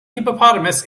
hippopotamus